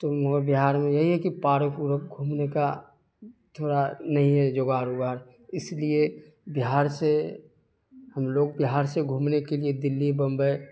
تو مگر بہار میں یہی ہے کہ پارک وورک گھومنے کا تھوڑا نہیں ہے جگاڑ وگاڑ اس لیے بہار سے ہم لوگ بہار سے گھومنے کے لیے دلی بمبئی